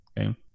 okay